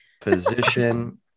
position